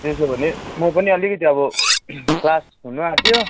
त्यसो भने म पनि अलिकति अब क्लास हुनु आँट्यो